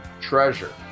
treasure